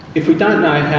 if we don't know